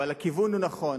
אבל הכיוון הוא נכון.